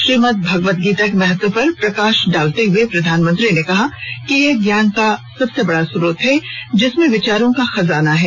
श्रीमद्भगवतगीता के महत्व पर प्रकाश डालते हुए प्रधानमंत्री ने कहा यह ज्ञान का सबसे बड़ा स्रोत है जिसमें विचारों का खजाना है